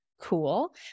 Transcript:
cool